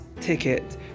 ticket